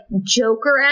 Joker